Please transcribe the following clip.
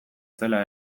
zela